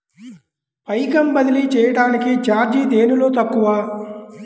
పైకం బదిలీ చెయ్యటానికి చార్జీ దేనిలో తక్కువ?